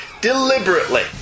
deliberately